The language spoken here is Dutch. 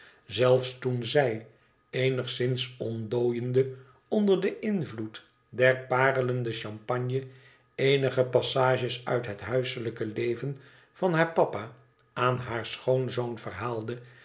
zelfs toen zij eenigszins ontdooiende onder den invloed der parelende champagne eenige passages uit het huiselijke leven van haar papa aan haar schoonzoon verhaalde